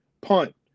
punt